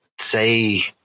say